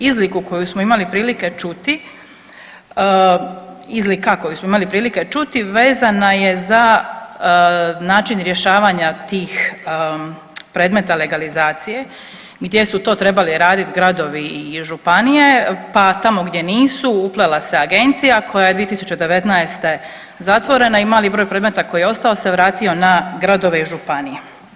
Izliku koju smo imali prilike čuti, izlika koju smo imali prilike čuti, vezana je za način rješavanja tih predmeta legalizacije, gdje su to trebali raditi gradovi i županije, pa tamo gdje nisu, uplela se Agencija koja je 2019. zatvorena i mali broj predmeta koji je ostao se vratio na gradove i županije.